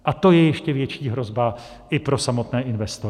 A to je ještě větší hrozba i pro samotné investory.